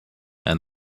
and